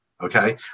Okay